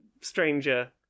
stranger